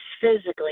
physically